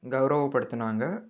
கௌரவப்படுத்துனாங்க